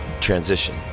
transition